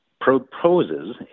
proposes